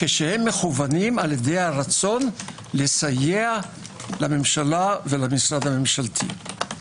כשהם מכוונים על ידי הרצון לסייע לממשלה ולמשרד הממשלתי.